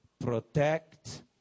protect